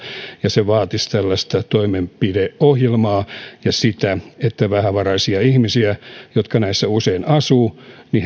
ja se vaatisi tällaista toimenpideohjelmaa ja sitä että vähävaraisia ihmisiä jotka näissä usein asuvat